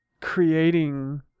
creating